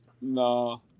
no